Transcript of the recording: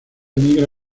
emigra